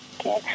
Okay